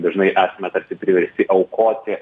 dažnai esame tarsi priversti aukoti